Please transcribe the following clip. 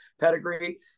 pedigree